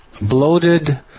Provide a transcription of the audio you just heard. bloated